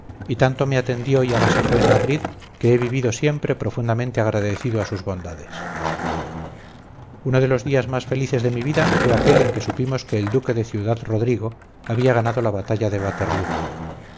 y tanto me atendió y agasajó en madrid que he vivido siempre profundamente agradecido a sus bondades uno de los días más felices de mi vida fue aquel en que supimos que el duque de ciudad-rodrigo había ganado la batalla de waterloo